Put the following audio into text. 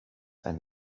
ein